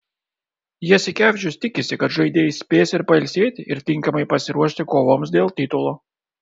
jasikevičius tikisi kad žaidėjai spės ir pailsėti ir tinkamai pasiruošti kovoms dėl titulo